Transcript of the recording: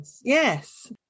Yes